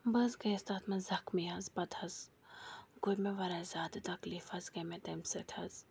بہٕ حظ گٔیَس تَتھ منٛز زَخمی حظ پَتہٕ حظ گوٚو مےٚ واریاہ زیادٕ تکلیٖف حظ گٔے مےٚ تَمہِ سۭتۍ حظ